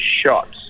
Shots